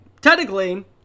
Technically